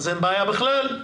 אין בכלל בעיה.